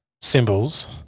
Symbols